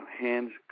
Hands